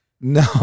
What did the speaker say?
No